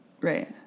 right